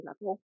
level